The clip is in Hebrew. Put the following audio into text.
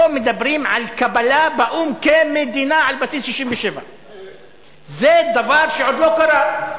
פה מדברים על קבלה באו"ם כמדינה על בסיס 1967. זה דבר שעוד לא קרה.